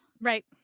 Right